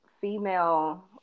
female